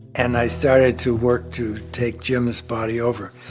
and i started to work to take jim's body over,